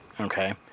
okay